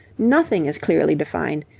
nothing is clearly defined,